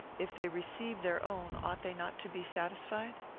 if they receive their own, ought they not to be satisfied?